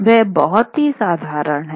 यह बहुत ही साधारण है